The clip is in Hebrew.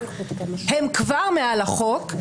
הם כבר מעל החוק,